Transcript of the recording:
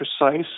precise